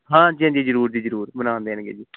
ਹਾਂਜੀ ਹਾਂਜੀ ਜ਼ਰੂਰ ਜੀ ਜ਼ਰੂਰ ਬਣਾਣ ਦੇਣ ਗੇ ਜੀ